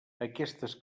aquestes